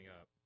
up